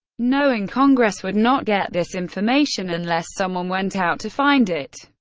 knowing congress would not get this information unless someone went out to find it.